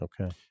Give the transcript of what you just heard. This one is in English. Okay